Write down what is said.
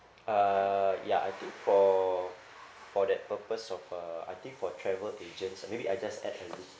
uh ya I think for for that purpose of uh I think for travel agents or maybe I just add